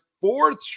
Fourth